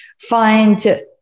find